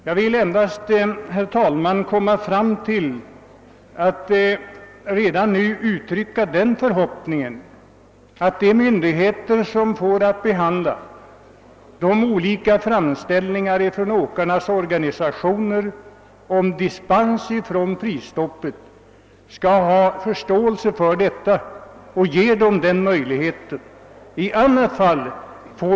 Jag vill, herr talman, redan nu uttrycka den förhoppningen att de myndigheter som kommer att behandla de olika framställningar som kan göras från åkarnas organisationer om dispens från prisstoppet också skall ha förståelse för deras situation och bevilja en sådan begäran.